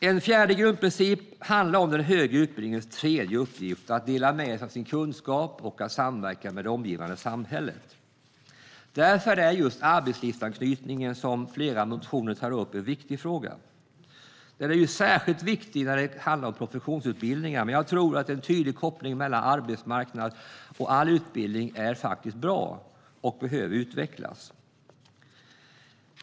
En fjärde grundprincip handlar om den högre utbildningens tredje uppgift, att dela med sig av sin kunskap och samverka med det omgivande samhället. Därför är arbetslivsanknytningen viktig, och flera motioner tar ju upp denna fråga. Den är särskilt viktig när det handlar om professionsutbildningar, men jag tror att en tydlig koppling till arbetsmarknaden i all utbildning är något bra och behöver utvecklas.